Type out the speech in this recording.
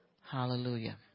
hallelujah